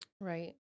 Right